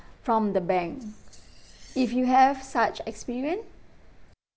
from the bank if you have such experience